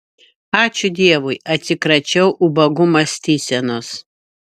ačiū dievui atsikračiau ubagų mąstysenos